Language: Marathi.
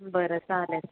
बरं चालेल